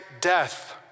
death